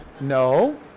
no